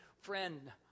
friend